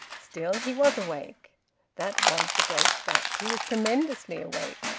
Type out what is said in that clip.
still, he was awake that was the great fact. he was tremendously awake.